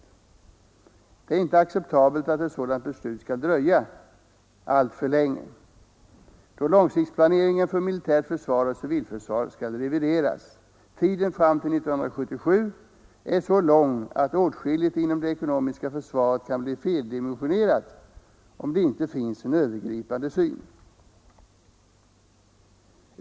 Det är inte acceptabelt att ett sådant beslut skall dröja alltför länge då långsiktsplaneringen för militärt försvar och civilförsvar skall revideras. Tiden fram till 1977 är så lång att åtskilligt inom det ekonomiska försvaret kan bli feldimensionerat om det inte finns en övergripande syn.